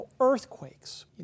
earthquakes